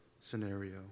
scenario